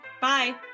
Bye